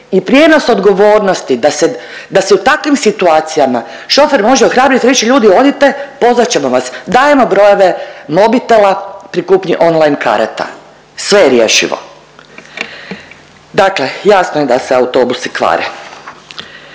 i prijenos odgovornosti da se, da se u takvim situacijama šofer može ohrabriti i reći ljudi odite, pozvat ćemo vas, dajemo brojeve mobitela pri kupnji online karata, sve je rješivo, dakle jasno je da se autobusi kvare.